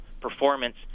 performance